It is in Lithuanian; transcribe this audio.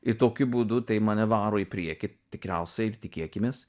ir tokiu būdu tai mane varo į priekį tikriausiai tikėkimės